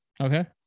Okay